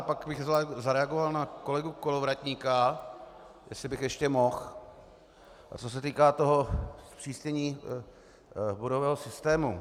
Pak bych zareagoval na kolegu Kolovratníka, jestli bych ještě mohl, co se týká toho zpřísnění bodového systému.